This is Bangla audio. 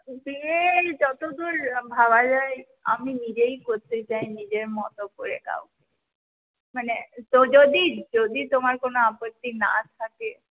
বিয়ে যতদূর ভাবা যায় আমি নিজেই করতে চাই নিজের মতো করে কাউকে মানে তো যদি যদি তোমার কোনো আপত্তি না থাকে